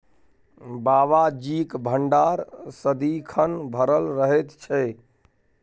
बाबाजीक भंडार सदिखन भरल रहैत छै